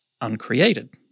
uncreated